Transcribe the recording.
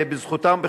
שנפל בזכותם,